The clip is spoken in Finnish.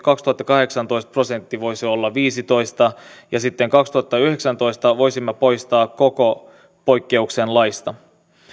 kaksituhattakahdeksantoista voisi olla viisitoista ja sitten kaksituhattayhdeksäntoista voisimme poistaa koko poikkeuksen laista